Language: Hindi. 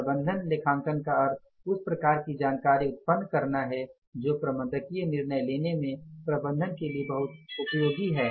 प्रबंधन लेखांकन का अर्थ उस प्रकार की जानकारी उत्पन्न करना है जो प्रबंधकीय निर्णय लेने में प्रबंधन के लिए बहुत उपयोगी है